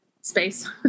space